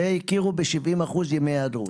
והכירו ב- 70% ימי היעדרות.